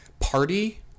party